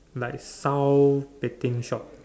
like SAL betting shop